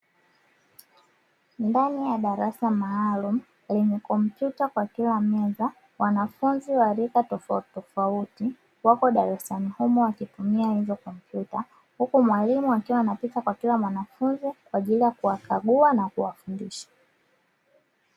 Ndani ya darasa maalumu lenye kompyuta kwa kila meza, wanafunzi wa rika tofautitofauti wapo darasani humo wakitumia hizo kompyuta. Huku mwalimu akiwa anapita kwa kila mwanafunzi kwa ajili ya kuwagakua na kuwafundisha.